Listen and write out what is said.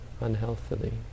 unhealthily